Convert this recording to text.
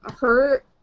hurt